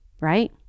right